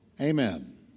Amen